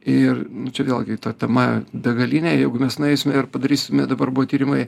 ir čia vėlgi ta tema begalinė jeigu mes nueisime ir padarysime dabar buvo tyrimai